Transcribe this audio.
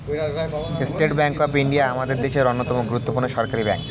state Bank of India আমাদের দেশের অন্যতম গুরুত্বপূর্ণ সরকারি ব্যাঙ্ক